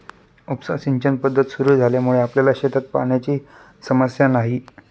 उपसा सिंचन पद्धत सुरु झाल्यामुळे आपल्या शेतात पाण्याची समस्या नाही